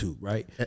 right